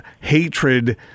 hatred